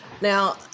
Now